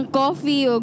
coffee